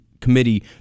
committee